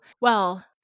well-